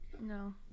No